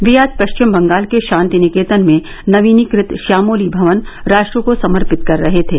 वे आज पश्चिम बंगाल के शांति निकेतन में नवीनीकृत श्यामोली भवन राष्ट्र को समर्पित कर रहे थे